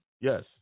Yes